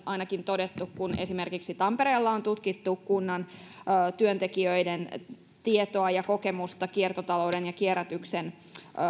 ainakin on todettu kun esimerkiksi tampereella on tutkittu kunnan työntekijöiden tietoa ja kokemusta kiertotalouden ja kierrätyksen